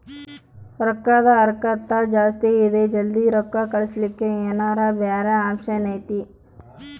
ರೊಕ್ಕದ ಹರಕತ್ತ ಜಾಸ್ತಿ ಇದೆ ಜಲ್ದಿ ರೊಕ್ಕ ಕಳಸಕ್ಕೆ ಏನಾರ ಬ್ಯಾರೆ ಆಪ್ಷನ್ ಐತಿ?